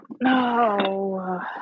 No